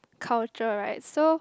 culture right so